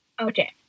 Okay